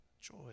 joy